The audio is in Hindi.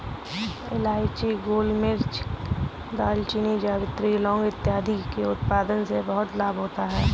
इलायची, गोलमिर्च, दालचीनी, जावित्री, लौंग इत्यादि के उत्पादन से बहुत लाभ होता है